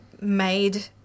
made